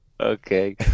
Okay